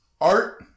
Art